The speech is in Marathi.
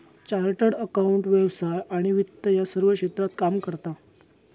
चार्टर्ड अकाउंटंट व्यवसाय आणि वित्त या सर्व क्षेत्रात काम करता